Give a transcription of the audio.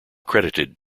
credited